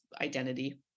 identity